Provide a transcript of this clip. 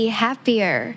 happier